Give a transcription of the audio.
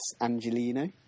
Angelino